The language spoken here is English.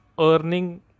earning